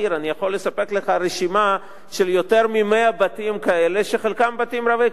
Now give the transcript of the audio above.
אני יכול לספק לך רשימה של יותר מ-100 בתים שחלקם בתים רבי-קומות.